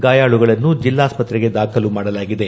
ಗಾಯಾಳುಗಳನ್ನು ಜಿಲ್ಲಾಸ್ವತ್ರೆಗೆ ದಾಖಲು ಮಾಡಲಾಗಿದೆ